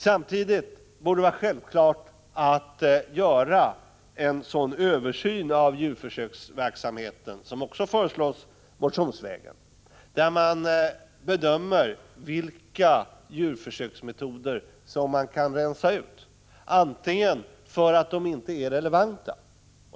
Samtidigt borde det vara självklart att göra en sådan översyn av djurförsöksverksamheten som också föreslås motionsvägen, där man bedömer vilka djurförsöksmetoder som man kan rensa ut för att de inte är relevanta.